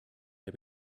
der